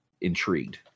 intrigued